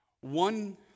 one